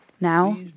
Now